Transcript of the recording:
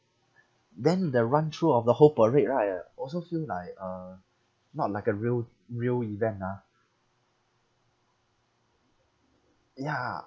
then the run through of the whole parade right ah also feel like uh not like a real real event ah ya